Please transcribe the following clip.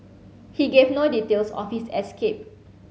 he gave no details of his escape